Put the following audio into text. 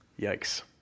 Yikes